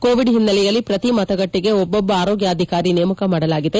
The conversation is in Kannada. ಕೋವಿಡ್ ಹಿನ್ನೆಲೆಯಲ್ಲಿ ಪ್ರತಿ ಮತಗಟ್ಟೆಗೆ ಒಬ್ಲೊಬ್ಬ ಆರೋಗ್ಭಾಧಿಕಾರಿ ನೇಮಕ ಮಾಡಲಾಗಿದೆ